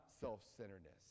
self-centeredness